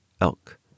elk